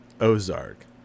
Ozark